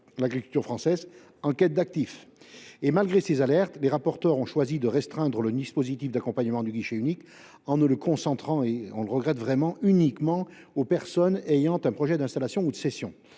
L’agriculture française est en quête d’actifs ! Malgré ces alertes, les rapporteurs ont choisi de restreindre le dispositif d’accompagnement du guichet unique en le concentrant sur les seules personnes ayant un projet d’installation ou de cession